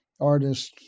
artists